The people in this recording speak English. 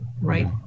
right